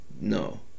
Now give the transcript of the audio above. No